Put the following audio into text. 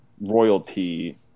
royalty